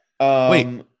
wait